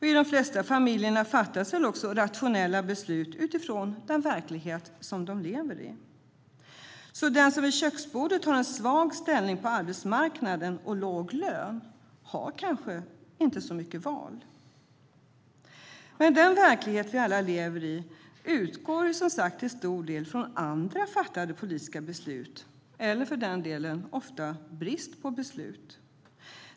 I de flesta familjer fattas väl också rationella beslut utifrån den verklighet som de lever i. Så den som vid köksbordet har en svag ställning på arbetsmarknaden och låg lön har kanske inte så mycket val. Men den verklighet vi alla lever i utgår ju till stor del från andra fattade politiska beslut - eller för den delen brist på beslut.